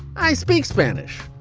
i speak spanish.